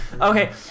Okay